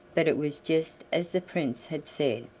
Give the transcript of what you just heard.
but it was just as the prince had said.